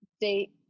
date